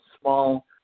small